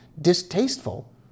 distasteful